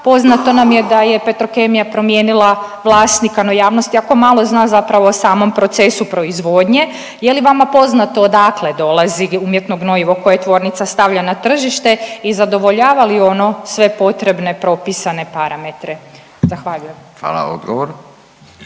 Poznato nam je da je Petrokemija promijenila vlasnika, no javnost jako malo zna zapravo o samom procesu proizvodnje, je li vama poznato odakle dolazi umjetno gnojivo koje tvornica stavlja na tržište i zadovoljava li ono sve potrebne propisane parametre? Zahvaljujem. **Radin,